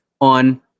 on